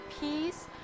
peace